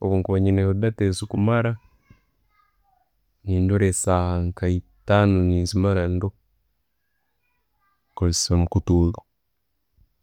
Obwenkuba niina data ezikumara, nindora esaaha nka'etaano nenzimara ndoho, nkozesa omukutu ogwo.